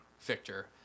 Victor